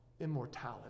immortality